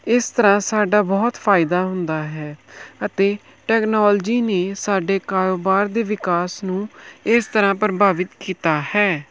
ਇਸ ਤਰ੍ਹਾਂ ਸਾਡਾ ਬਹੁਤ ਫ਼ਾਇਦਾ ਹੁੰਦਾ ਹੈ ਅਤੇ ਟੈਕਨੋਲਜੀ ਨੇ ਸਾਡੇ ਕਾਰੋਬਾਰ ਦੇ ਵਿਕਾਸ ਨੂੰ ਇਸ ਤਰ੍ਹਾਂ ਪ੍ਰਭਾਵਿਤ ਕੀਤਾ ਹੈ